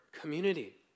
community